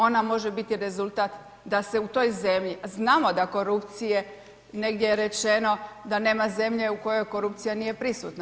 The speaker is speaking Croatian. Ona može biti rezultat da se u toj zemlji a znamo da korupcije, negdje je rečeno da nema zemlje u kojoj korupcija nije prisutna.